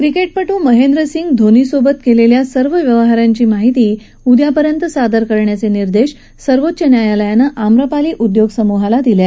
क्रिकेटपटू महेंद्रसिंग धोनी सोबत केलेल्या सर्व व्यवहारांची माहिती उद्यापर्यंत सादर करण्याचे निर्देश सर्वोच्च न्यायालयानं आम्रपाली उद्योग समूहाला दिले आहेत